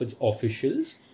officials